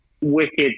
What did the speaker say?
wicked